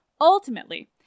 Ultimately